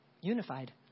unified